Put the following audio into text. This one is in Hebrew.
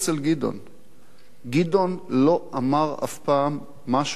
גדעון לא אמר אף פעם משהו שלא היה האמת שלו,